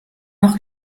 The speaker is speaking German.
noch